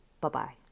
Bye-bye